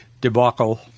debacle